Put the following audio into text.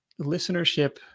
listenership